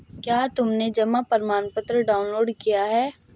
क्या तुमने अपना जमा प्रमाणपत्र डाउनलोड किया है?